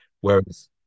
whereas